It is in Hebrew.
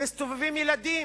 מסתובבים ילדים.